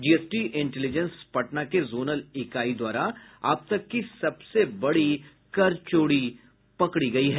GST intelligence Patna के zonal इकाई द्वारा अब तक की सबसे बड़ी कर चोरी पकड़ी गयी है